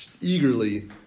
eagerly